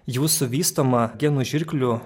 jūsų vystomą genų žirklių